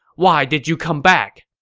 why did you come back!